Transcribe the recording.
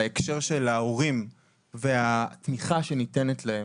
בהקשר של ההורים והתמיכה שניתנת להם.